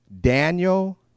Daniel